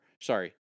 Sorry